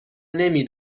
نمی